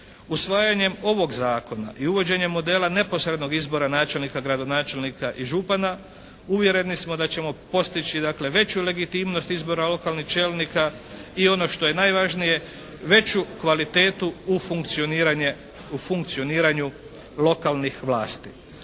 Usvajanjem ovog zakona i uvođenjem modela neposrednog izbora načelnika, gradonačelnik i župana, uvjereni smo da ćemo postići dakle veću legitimnost izbora lokalnih čelnika i ono što je najvažnije, veću kvalitetu u funkcioniranju lokalnih vlasti.